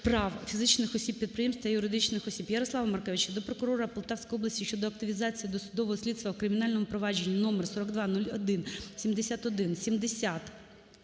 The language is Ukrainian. прав фізичних осіб-підприємців та юридичних осіб. Ярослава Маркевича до прокурора Полтавської області щодо активізації досудового слідства в кримінальному провадженні № 42017170000000155.